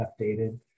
updated